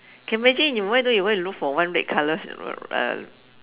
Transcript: can imagine you why don't you want to look for one red colour uh